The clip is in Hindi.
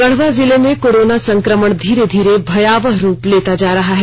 गढ़वा जिले में कोरोना संक्रमण धीरे धीरे भयावह रुप लेता जा रहा है